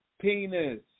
Penis